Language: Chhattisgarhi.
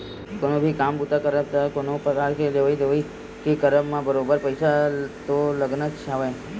कोनो भी काम बूता के करब ते कोनो परकार के लेवइ देवइ के करब म बरोबर पइसा तो लगनाच हवय